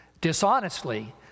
dishonestly